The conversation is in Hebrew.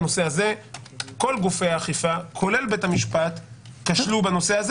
בנושא הזה כל גופי האכיפה כולל בית המשפט כשלו בנושא.